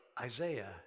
Isaiah